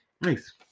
Nice